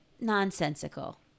nonsensical